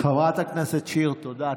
חברת הכנסת שיר, תודה.